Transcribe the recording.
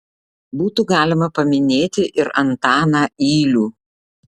būtų galima paminėti ir antaną ylių